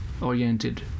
oriented